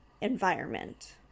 environment